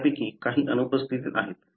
त्यापैकी काही अनुपस्थित आहेत